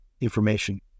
information